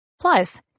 Plus